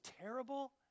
terrible